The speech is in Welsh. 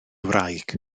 wraig